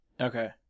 Okay